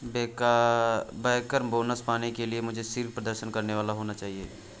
banker bonus पाने के लिए मुझे शीर्ष प्रदर्शन करने वाला होना चाहिए